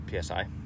PSI